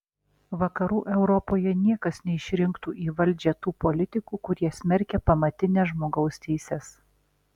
vakarų europoje niekas neišrinktų į valdžią tų politikų kurie smerkia pamatines žmogaus teises